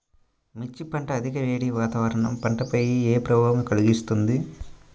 మిర్చి పంట అధిక వేడి వాతావరణం పంటపై ఏ ప్రభావం కలిగిస్తుంది?